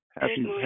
Happy